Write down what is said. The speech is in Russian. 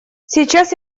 сейчас